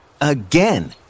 Again